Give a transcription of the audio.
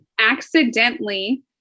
accidentally